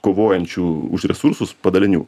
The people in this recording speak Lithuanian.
kovojančių už resursus padalinių